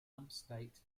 upstate